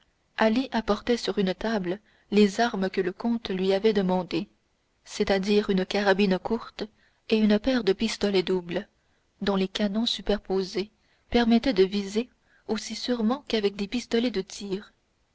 apportait sur une table les armes que le comte lui avait demandées c'est-à-dire une carabine courte et une paire de pistolets doubles dont les canons superposés permettaient de viser aussi sûrement qu'avec des pistolets de tir